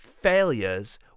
failures